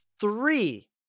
three